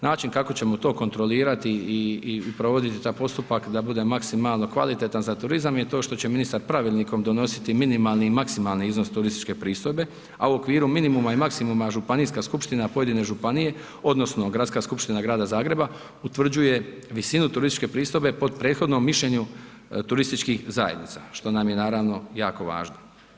Način kako ćemo to kontrolirati i provoditi taj postupak da bude maksimalno kvalitetan za turizam je to što će ministar pravilnikom donositi minimalni i maksimalni iznos turističke pristojbe, a u okviru minimuma i maksimuma županijska skupština pojedine županije odnosno Gradska skupština Grada Zagreba utvrđuje visinu turističke pristojbe po prethodnom mišljenju turističkih zajednica što nam je naravno jako važno.